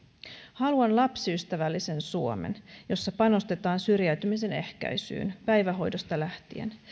haluan lapsiystävällisen suomen jossa panostetaan syrjäytymisen ehkäisyyn päivähoidosta lähtien